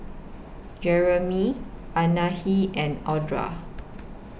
Jereme Anahi and Audra